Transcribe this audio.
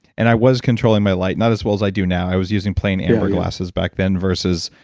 and i was controlling my light not as well as i do now. i was using plain amber glasses back then versus,